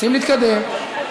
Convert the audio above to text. רוצים להתקדם.